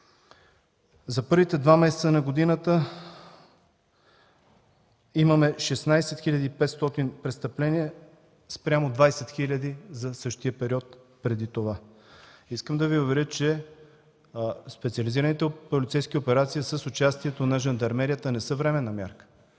За първите два месеца на годината имаме 16 500 престъпления спрямо 20 000 за същия период преди това. Искам да Ви уверя, че специализираните полицейски операции с участието на жандармерията не са временна мярка.